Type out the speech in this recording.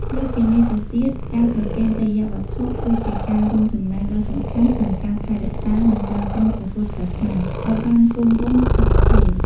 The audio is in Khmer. លើសពីនេះទៅទៀត ការប្រគេនទេយ្យវត្ថុ ក៏ជាការរួមចំណែកដ៏សំខាន់ក្នុងការ ថែរក្សា និងទ្រទ្រង់ព្រះពុទ្ធសាសនា ឱ្យបានគង់វង្សស្ថិតស្ថេរ។